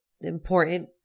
important